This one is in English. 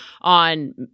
on